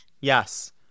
Yes